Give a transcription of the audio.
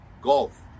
golf